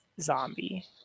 zombie